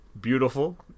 Beautiful